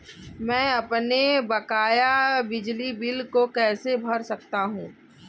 मैं अपने बकाया बिजली बिल को कैसे भर सकता हूँ?